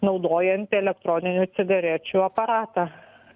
naudojant elektroninių cigarečių aparatą